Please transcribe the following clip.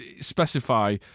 Specify